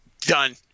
done